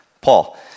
Paul